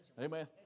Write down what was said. Amen